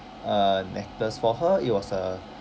uh necklace for her it was a